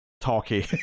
talky